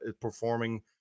performing